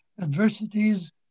adversities